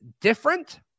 different